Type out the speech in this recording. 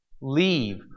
leave